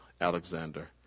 Alexander